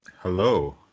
Hello